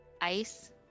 Ice